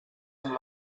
amb